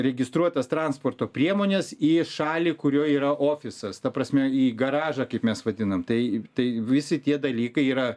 registruotas transporto priemones į šalį kurioj yra ofisas ta prasme į garažą kaip mes vadinam tai tai visi tie dalykai yra